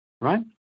right